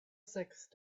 sixth